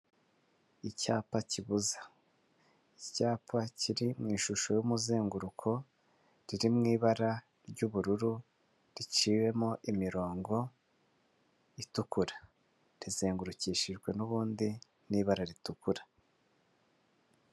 Icyapa kibuza, icyapa kiri mu ishusho y'umuzenguruko riri mu ibara ry'ubururu riciwemo imirongo itukura, rizengurukishijwe n'ubundi n'ibara ritukura.